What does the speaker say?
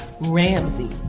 Ramsey